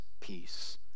peace